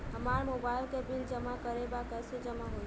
हमार मोबाइल के बिल जमा करे बा कैसे जमा होई?